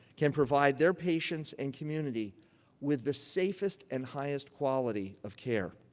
can provide their patients and community with the safest and highest quality of care.